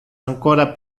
ancora